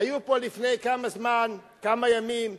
היו פה לפני כמה זמן, כמה ימים,